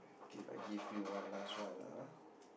K lah give you one last one lah